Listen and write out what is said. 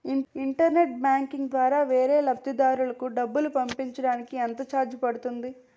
Internet banking ద్వారా వేరే లబ్ధిదారులకు డబ్బులు పంపించటానికి ఎంత ఛార్జ్ పడుతుంది?